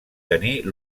tenir